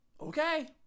Okay